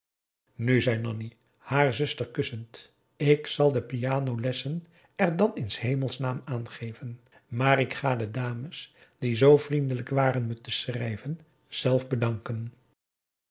nu zei nanni haar zuster kussend ik zal de pianolessen er dan in s hemelsnaam aan geven maar ik ga de dames die zoo vriendelijk waren me te schrijven zelf bedanken